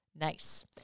Nice